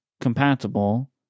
compatible